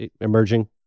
emerging